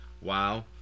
wow